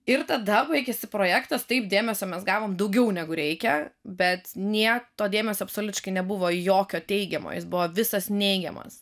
ir tada baigiasi projektas taip dėmesio mes gavom daugiau negu reikia bet ne to dėmesio absoliutiškai nebuvo jokio teigiamo jis buvo visas neigiamas